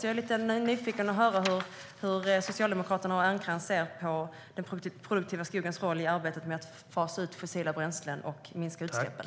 Jag är nyfiken på hur Socialdemokraterna och Ernkrans ser på den produktiva skogens roll i arbetet med att fasa ut fossila bränslen och minska utsläppen.